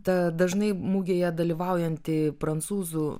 ta dažnai mugėje dalyvaujanti prancūzų